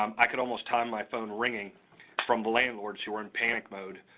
um i could almost time my phone ringing from the landlords who were in panic mode.